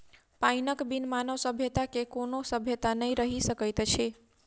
पाइनक बिन मानव सभ्यता के कोनो सभ्यता नै रहि सकैत अछि